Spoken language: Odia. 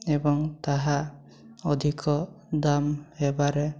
ଏବଂ ତାହା ଅଧିକ ଦାମ୍ ହେବାରେ